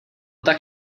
tak